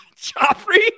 Joffrey